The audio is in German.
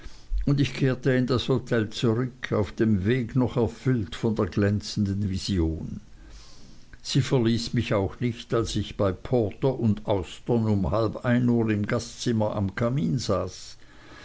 und ich kehrte in das hotel zurück auf dem weg noch erfüllt von der glänzenden vision sie verließ mich auch nicht als ich bei porter und austern um halb ein uhr im gastzimmer am kamin saß